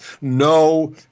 No